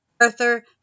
Arthur